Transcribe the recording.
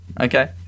Okay